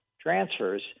transfers